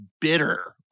Bitter